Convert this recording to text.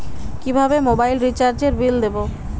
কিভাবে মোবাইল রিচার্যএর বিল দেবো?